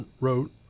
wrote